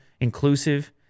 inclusive